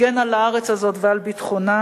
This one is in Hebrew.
הגן על הארץ הזאת ועל ביטחונה,